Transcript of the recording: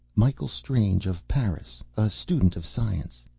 michael strange, of paris. a student of science.